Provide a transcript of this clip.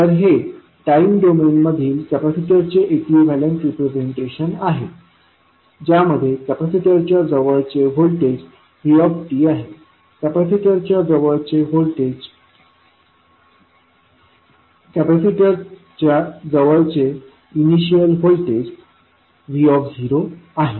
तर हे time domain मधील कॅपॅसिटरचे इक्विवलेंट रिप्रेझेंटेशन आहे ज्यामध्ये कपॅसिटरच्या जवळचे होल्टेज vt आहे कपॅसिटरच्या जवळचे चे इनिशियल होल्टेज v0 आहे